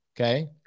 Okay